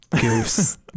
goose